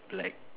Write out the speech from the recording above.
black